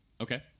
okay